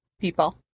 People